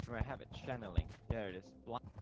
i have it channeling yeah, it is blunt.